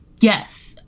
yes